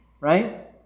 right